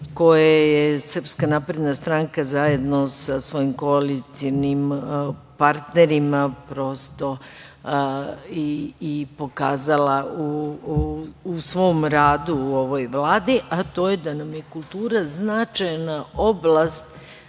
koje je Srpska napredna stranka zajedno sa svojim koalicionim partnerima i pokazala u svom radu u ovoj Vladi, a to je da nam je kultura značajna oblast